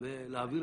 ולהחליף